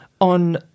on